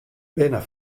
binne